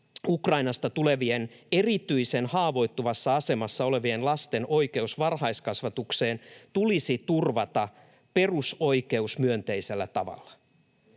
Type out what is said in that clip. Ukrainasta tulevien, erityisen haavoittuvassa asemassa olevien lasten oikeus varhaiskasvatukseen tulisi turvata perusoikeusmyönteisellä tavalla.